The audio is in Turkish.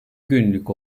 günlük